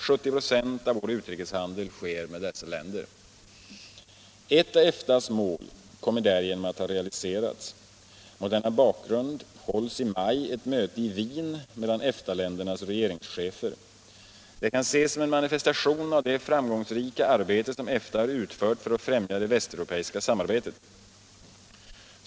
70 96 av vår utrikeshandel sker med dessa länder. Ett av EFTA:s mål kommer därigenom att ha realiserats. Mot denna bakgrund hålls i maj ett möte i Wien mellan EFTA-ländernas regeringschefer. Det kan ses som en manifestation av det framgångsrika arbete som EFTA har utfört för att främja det västeuropeiska samarbetet.